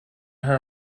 her